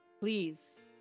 Please